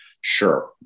Sure